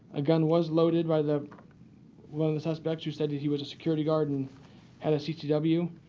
a gun was loaded by the one of the suspects who said that he was a security guard and had a ccw.